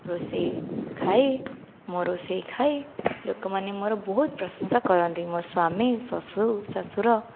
ରୋଷେଇ ଖାଇ ମୋ ରୋଷେଇ ଖାଇ ଲୋକମାନେ ମୋର ବହୁତ ପ୍ରଶଂସା କରନ୍ତି ମୋ ସ୍ଵାମୀ ଶାଶୁ ଶ୍ୱଶୁର